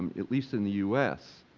um at least in the us.